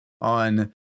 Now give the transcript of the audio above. on